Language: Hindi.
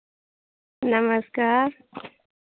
नमस्कार